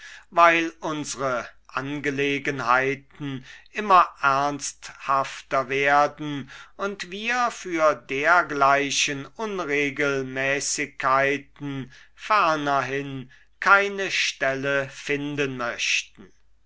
weil unsre angelegenheiten immer ernsthafter werden und wir für dergleichen unregelmäßigkeiten fernerhin keine stelle finden möchten